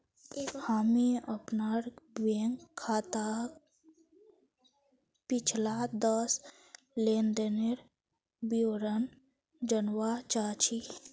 हामी अपनार बैंक खाताक पिछला दस लेनदनेर विवरण जनवा चाह छि